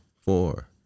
four